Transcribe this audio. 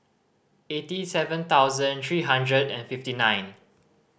eighty seven thousand three hundred and fifty nine